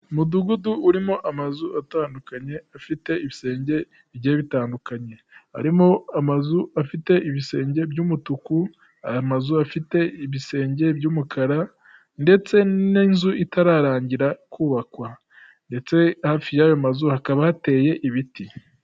Umudugudu urimo amazu atandukanye, afite ibisenge bigiye bitandukanye, harimo amazu afite ibisenge by'umutuku, amazu afite ibisenge by'umukara ndetse n'inzu itararangira kubakwa ndetse hafi y'ayo mazu hakaba hateye ibiti.